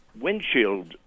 windshield